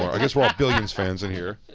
i guess we're all billions fans in here.